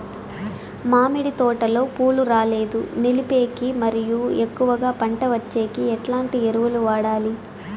మామిడి తోటలో పూలు రాలేదు నిలిపేకి మరియు ఎక్కువగా పంట వచ్చేకి ఎట్లాంటి ఎరువులు వాడాలి?